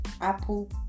Apple